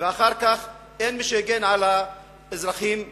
ואחר כך אין מי שיגן על האזרחים הפלסטינים.